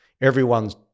everyone's